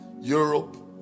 Europe